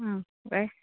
ആ അതെ